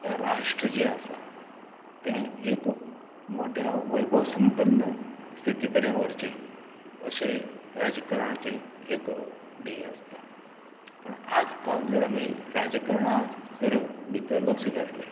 आपलें राष्ट्र जे आसा तें एक मोट्या वैभव सपन्न स्थिती कडेन व्हरचें अशें राज्यकरणाचे एक धेय आसता पण जर आज काल आमी राजकरणांत जर भितर लक्ष्य घातलें